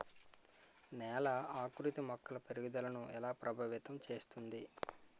నేల ఆకృతి మొక్కల పెరుగుదలను ఎలా ప్రభావితం చేస్తుంది?